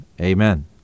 Amen